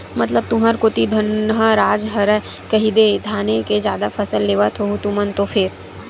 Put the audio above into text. मतलब तुंहर कोती धनहा राज हरय कहिदे धाने के जादा फसल लेवत होहू तुमन तो फेर?